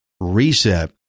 reset